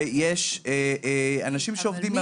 ויש אנשים שעובדים מהבית.